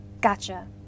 Gotcha